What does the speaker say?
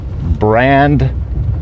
brand